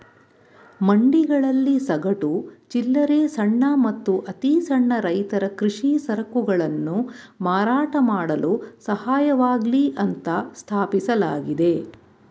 ಮಂಡಿಗಳಲ್ಲಿ ಸಗಟು, ಚಿಲ್ಲರೆ ಸಣ್ಣ ಮತ್ತು ಅತಿಸಣ್ಣ ರೈತರ ಕೃಷಿ ಸರಕುಗಳನ್ನು ಮಾರಾಟ ಮಾಡಲು ಸಹಾಯವಾಗ್ಲಿ ಅಂತ ಸ್ಥಾಪಿಸಲಾಗಿದೆ